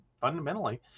fundamentally